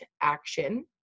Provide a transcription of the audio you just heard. action